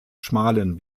schmalen